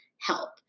help